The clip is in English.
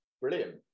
Brilliant